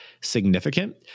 significant